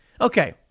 Okay